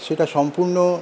সেটা সম্পূর্ণ